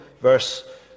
verse